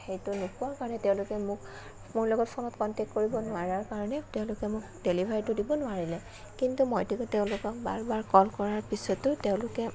সেইটো নোপোৱাৰ কাৰণে তেওঁলোকে মোক মোৰ লগত ফোনত কণ্টেক কৰিব নোৱাৰাৰ কাৰণে তেওঁলোকে মোক ডেলিভাৰীটো দিব নোৱাৰিলে কিন্তু মইতো তেওঁলোকক বাৰ বাৰ কল কৰাৰ পিছতো তেওঁলোকে